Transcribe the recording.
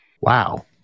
Wow